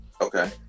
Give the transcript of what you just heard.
Okay